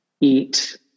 eat